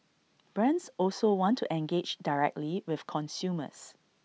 brands also want to engage directly with consumers